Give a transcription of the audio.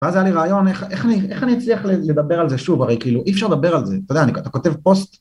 ואז היה לי רעיון, איך, איך אני, איך אני אצליח לדבר על זה שוב, הרי כאילו, אי אפשר לדבר על זה, אתה יודע אתה כותב פוסט